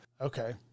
Okay